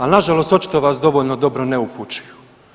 Ali, nažalost očito vas dovoljno dobro ne upućuju.